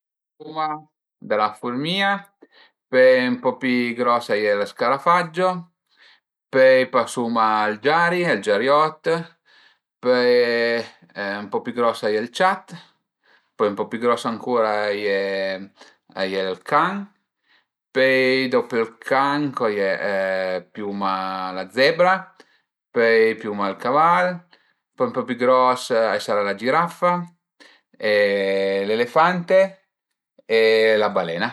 Tacuma da la fürmìa, pöi ën po pi gros a ie lë scarafaggio, pöi ën po pi gros a ie ël ciat, pöi ën po pi gros ancura a ie a ie ël can, pöi dop ël can co ie, piuma la zebra, pöi piuma ël caval, pöi ën po pi gros a i sarà la giraffa e l'elefante e la balena